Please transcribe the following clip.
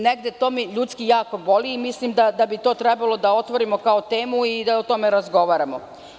To me negde ljudski jako boli i mislim da bi to trebalo otvorimo kao temu i da o tome razgovaramo.